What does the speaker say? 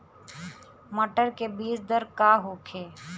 मटर के बीज दर का होखे?